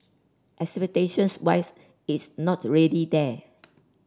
expectations wise is not really there